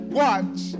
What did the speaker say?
watch